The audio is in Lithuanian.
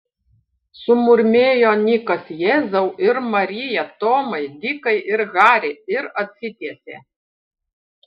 sumurmėjo nikas jėzau ir marija tomai dikai ir hari ir atsitiesė